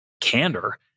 candor